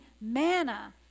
manna